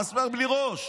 מסמר בלי ראש.